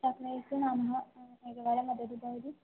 चाकलेहस्य नामः एकवारं वदतु भवती